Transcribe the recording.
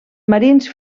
marins